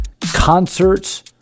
concerts